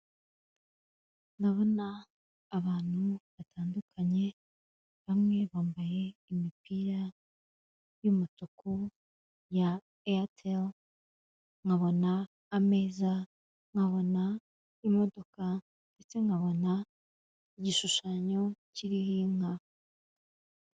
Ndabona abantu batandukanye bamwe bambaye imipira y'umutuku ya Eyateli nkabona ameza, nkabona imodoka ndetse nkabona igishushanyo kiriho inka.